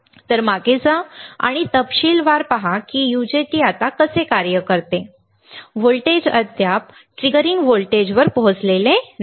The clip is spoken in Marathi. तर मागे जा आणि तपशीलवार पहा की यूजेटी आता कसे कार्य करते व्होल्टेज अद्याप ट्रिगरिंग व्होल्टेजवर पोहोचलेले नाही